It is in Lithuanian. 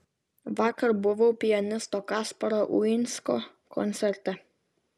vakar buvau pianisto kasparo uinsko koncerte